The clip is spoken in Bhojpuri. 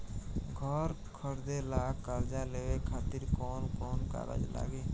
घर खरीदे ला कर्जा लेवे खातिर कौन कौन कागज लागी?